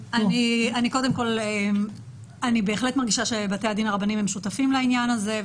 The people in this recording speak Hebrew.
אני בהחלט מרגישה שבתי הדין הרבניים שותפים לעניין הזה,